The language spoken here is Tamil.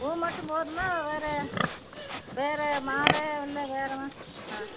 பூ மட்டும் போதுமா வேறு வேறு மாலை இல்லை வேறு ஆ